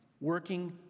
working